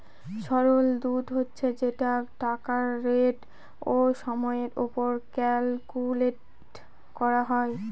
সরল সুদ হচ্ছে সেই টাকার রেট ও সময়ের ওপর ক্যালকুলেট করা হয়